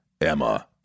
Emma